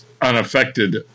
unaffected